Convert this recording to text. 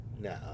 No